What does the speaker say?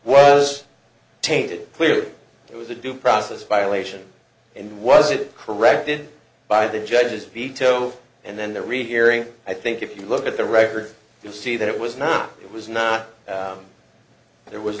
was tainted clearly it was a due process violation and was it corrected by the judges veto and then the rehearing i think if you look at the record you'll see that it was not it was not there was